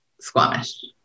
Squamish